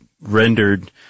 rendered